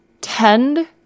tend